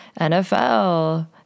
NFL